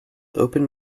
open